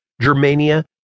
Germania